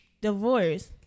Divorce